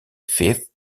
fifth